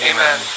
Amen